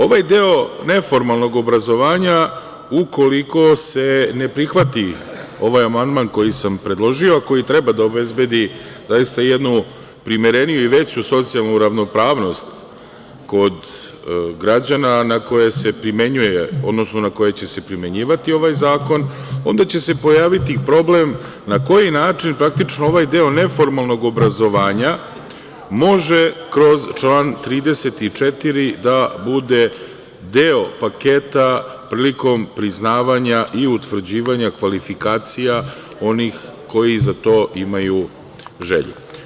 Ovaj deo neformalnog obrazovanja, ukoliko se ne prihvati ovaj amandman koji sam predložio, koji treba da obezbedi zaista jednu primereniju i veću socijalnu ravnopravnost kod građana na koje se primenjuje, na koje će se primenjivati ovaj zakon, onda će se pojaviti problem na koji način, praktično, ovaj deo neformalnog obrazovanja može kroz član 34. da bude deo paketa prilikom priznavanja i utvrđivanja kvalifikacija onih koji za to imaju želju.